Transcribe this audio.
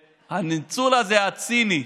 הניצול הזה, הציני,